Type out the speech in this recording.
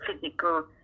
physical